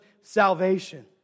salvation